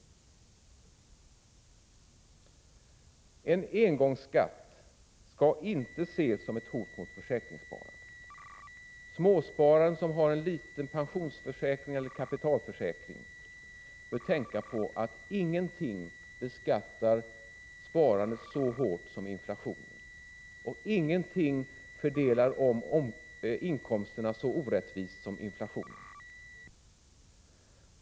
83 En engångsskatt skall inte ses som ett hot mot försäkringssparandet. Småspararen som har en liten pensionseller kapitalförsäkring bör tänka på att ingenting beskattar sparandet så hårt som inflationen. Och ingenting omfördelar inkomsterna så orättvist som inflationen.